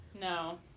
No